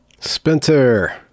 Spencer